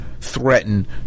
threaten